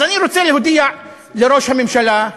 אז אני רוצה להודיע לראש הממשלה: